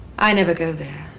i never go there.